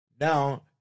now